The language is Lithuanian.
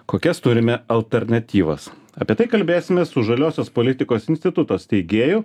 kokias turime alternatyvas apie tai kalbėsimės su žaliosios politikos instituto steigėju